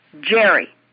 Jerry